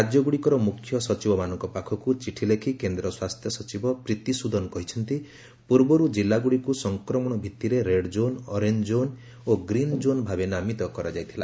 ରାଜ୍ୟଗୁଡ଼ିକର ମୁଖ୍ୟ ସଚିବମାନଙ୍କ ପାଖକୁ ଚିଠି ଲେଖି କେନ୍ଦ୍ର ସ୍ୱାସ୍ଥ୍ୟ ସଚିବ ପ୍ରୀତି ସୁଦନ କହିଛନ୍ତି ପୂର୍ବରୁ ଜିଲ୍ଲାଗୁଡ଼ିକୁ ସଂକ୍ରମଣ ଭିଭିରେ ରେଡ୍ଜୋନ୍ ଅରେଞ୍ଜ ଜୋନ୍ ଓ ଗ୍ରୀନ୍ କୋନ୍ ଭାବେ ନାମିତ କରାଯାଇଥିଲା